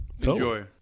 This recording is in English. Enjoy